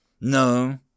No